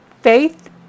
Faith